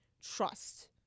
Trust